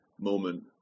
moment